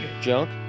Junk